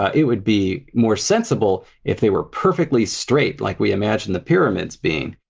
ah it would be more sensible if they were perfectly straight like we imagined the pyramids being!